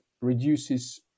reduces